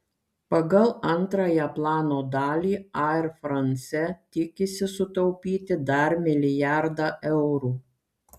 pagal antrąją plano dalį air france tikisi sutaupyti dar milijardą eurų